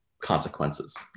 consequences